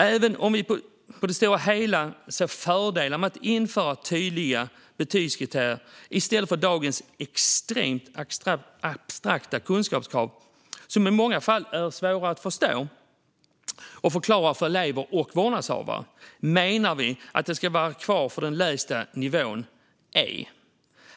Även om vi på det stora hela ser fördelar med att införa tydliga betygskriterier i stället för dagens extremt abstrakta kunskapskrav, som i många fall är svåra att förstå och förklara för elever och vårdnadshavare, menar vi att det ska vara kvar för den lägsta nivån, alltså E.